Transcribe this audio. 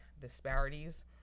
disparities